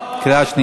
31,